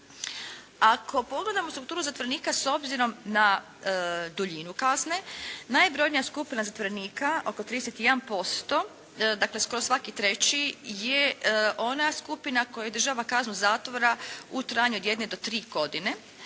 Ako pogledamo strukturu zatvorenika s obzirom na duljinu kazne, najbrojnija skupina zatvorenika oko 31%, dakle skoro svaki treći je ona skupina koja izdržava kaznu zatvora u trajanju od jedne do tri godine,